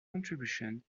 contributions